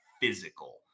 physical